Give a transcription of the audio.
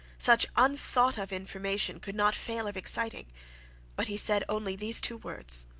such unthought-of information could not fail of exciting but he said only these two words,